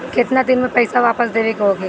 केतना दिन में पैसा वापस देवे के होखी?